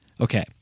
Okay